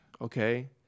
okay